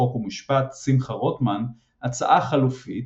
חוק ומשפט שמחה רוטמן הצעה חלופית,